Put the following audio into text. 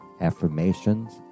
affirmations